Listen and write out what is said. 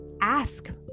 Ask